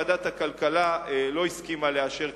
ועדת הכלכלה לא הסכימה לאשר,